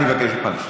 אני מבקש ממך לשתוק.